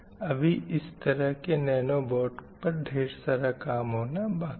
अभी इस तरह के नैनो बोट पर ढ़ेर सारा काम होना बाक़ी है